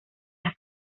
las